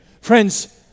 Friends